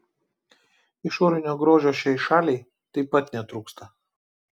išorinio grožio šiai šaliai taip pat netrūksta